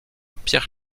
pierre